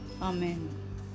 Amen